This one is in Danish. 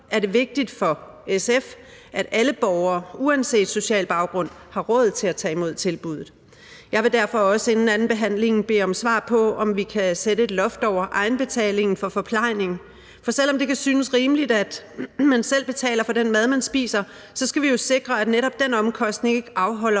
er det vigtigt for SF, at alle borgere uanset social baggrund har råd til at tage imod tilbuddet. Jeg vil derfor også inden andenbehandlingen bede om svar på, om vi kan sætte et loft over egenbetalingen for forplejning. For selv om det kan synes rimeligt, at man selv betaler for den mad, man spiser, skal vi jo sikre, at netop den omkostning ikke afholder